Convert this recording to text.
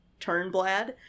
Turnblad